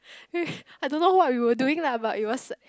I don't know what we are doing lah but it was